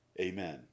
Amen